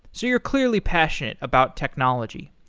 so you're clearly passionate about technology.